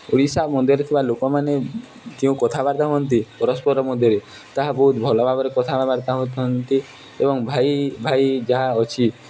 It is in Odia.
ଓଡ଼ିଶା ମଧ୍ୟରେ ଥିବା ଲୋକମାନେ ଯେଉଁ କଥାବାର୍ତ୍ତା ହୁଅନ୍ତି ପରସ୍ପର ମଧ୍ୟରେ ତାହା ବହୁତ ଭଲ ଭାବରେ କଥାବାର୍ତ୍ତା ହୋଇଥାନ୍ତି ଏବଂ ଭାଇ ଭାଇ ଯାହା ଅଛି